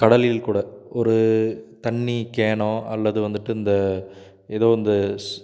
கடலில் கூட ஒரு தண்ணி கேனோ அல்லது வந்துவிட்டு இந்த ஏதோ இந்த ஸ்